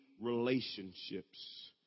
relationships